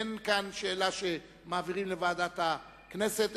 אין כאן שאלה שמעבירים לוועדת הכנסת,